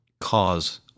cause